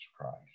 Christ